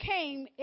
came